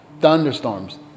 thunderstorms